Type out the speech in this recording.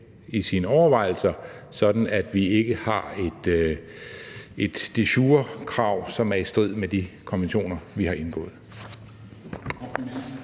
i sine overvejelser, sådan at vi ikke har et de jure-krav, som er i strid med de konventioner, vi har indgået.